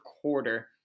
quarter